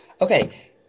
okay